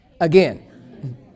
again